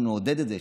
אנחנו נעודד את זה,